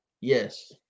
Yes